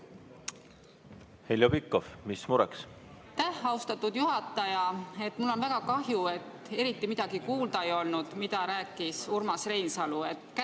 Heljo Pikhof, mis mureks?